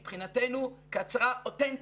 מבחינתנו כהצהרה אותנטית.